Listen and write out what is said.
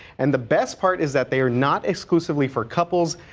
and the best part is that they are not exclusively for couples.